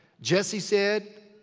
jesse said,